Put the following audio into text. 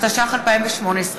התשע"ח 2018,